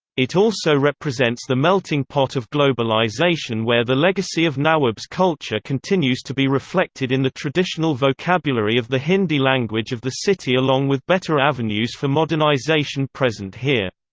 it also represents the melting pot of globalization where the legacy of nawab's culture continues to be reflected in the traditional vocabulary of the hindi language of the city along with better avenues for modernization present here.